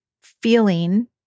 feeling